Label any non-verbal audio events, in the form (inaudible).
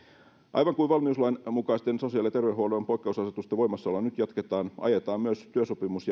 aivan kuin valmiuslain mukaisten sosiaali ja terveydenhuollon poikkeusasetusten voimassaoloa nyt jatketaan ajetaan myös työsopimus (unintelligible)